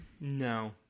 No